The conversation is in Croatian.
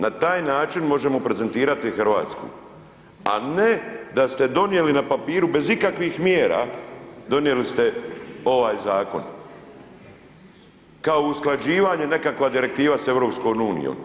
Na taj način možemo prezentirati Hrvatsku a ne da ste donijeli na papiru bez ikakvih mjera, donijeli ste ovaj zakon, kao usklađivanje nekakva direktiva sa EU.